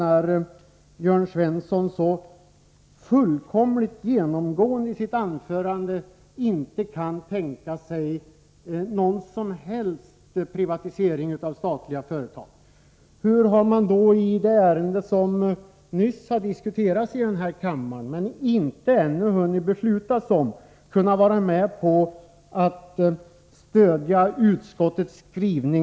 Av Jörn Svenssons anförande framgick att han inte kan tänka sig någon som helst privatisering avstatliga företag. Hur har man då i det ärende som nyss har diskuterats här i kammaren, men som vi ännu inte har fattat beslut om, kunnat stödja skrivningen i utskottets betänkande?